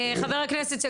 אז אתם באותו צד.